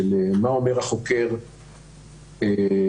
מה אומר החוקר למתלוננת,